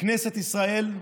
בכנסת ישראל,